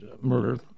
murder